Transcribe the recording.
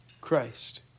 Christ